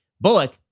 Bullock